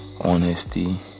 Honesty